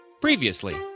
Previously